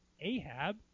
Ahab